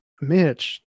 Mitch